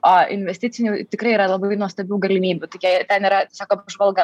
o investicinių tikrai yra labai nuostabių galimybių tokia ten yra tiesiog apžvalga